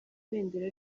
ibendera